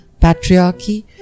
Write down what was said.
patriarchy